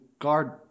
guard